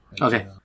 Okay